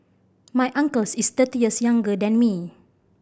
my uncles is thirty years younger than me